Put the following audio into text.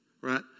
right